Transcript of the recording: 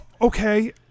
Okay